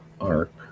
arc